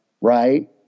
right